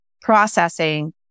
processing